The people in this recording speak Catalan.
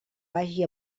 vagi